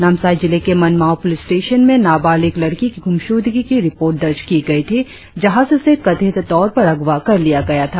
नामसाई जिले के Manmao police station में नाबालिक ल ड़की की गुमशुदगी की रिपोर्ट दर्ज की गई थी जहां से उसे कथित तौर पर अगवा कर लिया गया था